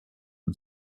and